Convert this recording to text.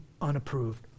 unapproved